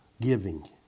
giving